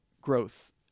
growth